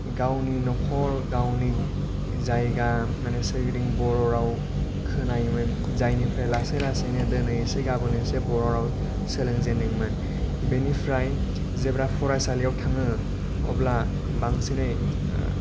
गावनि न'खर गावनि जायगा माने सोरगिदिं बर' राव खोनायोमोन जायनिफ्राय लासै लासैयैनो दिनै एसे गाबोन एसे बर' राव सोलोंजेन्दोंमोन बेनिफ्राय जेब्ला फरायसालिआव थाङो अब्ला बांसिनै